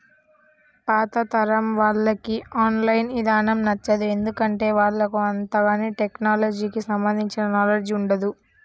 పాతతరం వాళ్లకి online ఇదానం నచ్చదు, ఎందుకంటే వాళ్లకు అంతగాని టెక్నలజీకి సంబంధించిన నాలెడ్జ్ ఉండదు